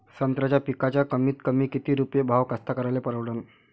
संत्र्याचा पिकाचा कमीतकमी किती रुपये भाव कास्तकाराइले परवडन?